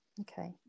okay